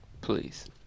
Please